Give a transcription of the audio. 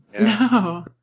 No